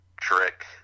trick